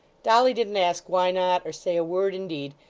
dolly didn't ask why not, or say a word, indeed,